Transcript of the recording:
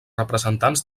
representants